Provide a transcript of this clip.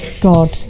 God